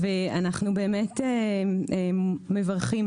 ואנחנו מברכים,